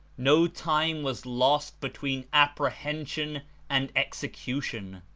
no time was lost between appre hension and execution.